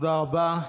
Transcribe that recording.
תודה רבה.